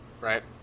Right